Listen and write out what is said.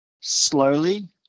slowly